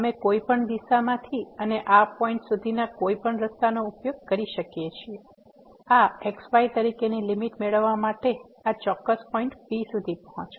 અમે કોઈપણ દિશામાંથી અને આ પોઇન્ટ સુધીના કોઈપણ રસ્તાનો ઉપયોગ કરી શકીએ છીએ આ x y તરીકેની લીમીટ મેળવવા માટે આ ચોક્કસ પોઇન્ટ P સુધી પહોંચવા